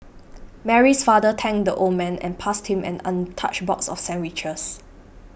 Mary's father thanked the old man and passed him an untouched box of sandwiches